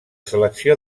selecció